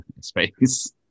space